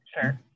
Sure